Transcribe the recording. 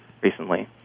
recently